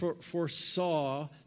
foresaw